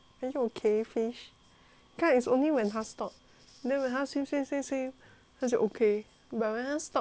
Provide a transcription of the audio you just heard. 看 it's only when 它 stop then when 它 swim swim swim swim swim 它就 okay but then when 它 stop 他就 suddenly